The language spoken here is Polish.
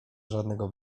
żadnego